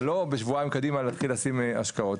אבל לא בשבועיים קדימה להתחיל לשים השקעות.